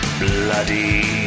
bloody